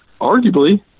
arguably